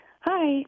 Hi